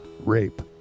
rape